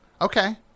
Okay